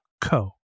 co